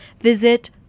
Visit